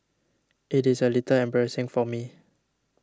it is a little embarrassing for me